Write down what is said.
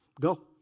go